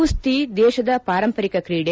ಕುಸ್ತಿ ದೇಶದ ಪಾರಂಪರಿಕ ಕ್ರೀಡೆ